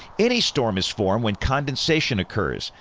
any storm is formed when condensation occurs,